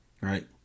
right